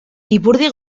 ipurdi